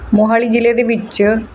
ਮੋਹਾਲੀ ਜ਼ਿਲ੍ਹੇ ਦੇ ਵਿੱਚ